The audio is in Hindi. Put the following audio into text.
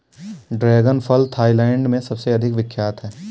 ड्रैगन फल थाईलैंड में सबसे अधिक विख्यात है